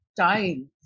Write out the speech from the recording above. time